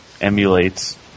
emulates